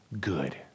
good